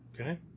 Okay